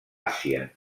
àsia